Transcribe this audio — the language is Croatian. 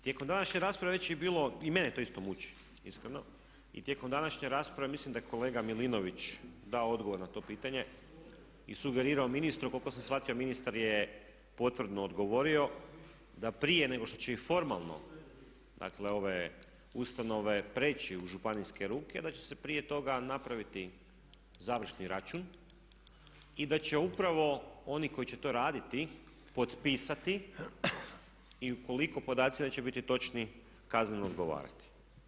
Tijekom današnje rasprave već je bilo, i mene to isto muči iskreno, i tijekom današnje rasprave mislim da je kolega Milinović dao odgovor na to pitanje i sugerirao ministru a koliko sam shvatio ministar je potvrdno odgovorio da prije nego što će i formalno dakle ove ustanove prijeći u županijske ruke, da će se prije toga napraviti završni račun i da će upravo oni koji će to raditi potpisati i ukoliko podaci neće biti točni kazneno odgovarati.